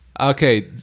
Okay